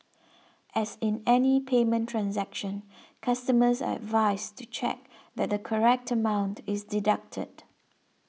as in any payment transaction customers are advised to check that the correct amount is deducted